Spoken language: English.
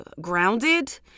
grounded